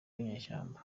winyeshyamba